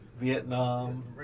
Vietnam